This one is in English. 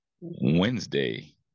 Wednesday